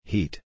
Heat